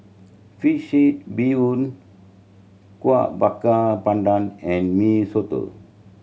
fish head bee hoon Kuih Bakar Pandan and Mee Soto